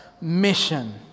mission